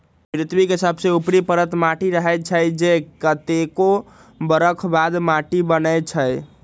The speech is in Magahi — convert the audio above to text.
पृथ्वी के सबसे ऊपरी परत माटी रहै छइ जे कतेको बरख बाद माटि बनै छइ